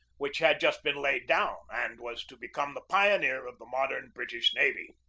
which had just been laid down and was to become the pioneer of the modern british navy.